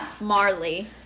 Marley